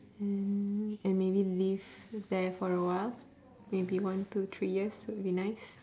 mm and maybe live there for awhile maybe one two three years would be nice